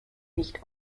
nicht